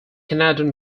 canadian